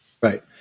Right